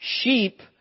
sheep